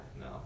No